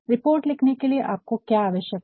report लिखने के लिए आपको क्या आवश्यकता होती है